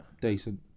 Decent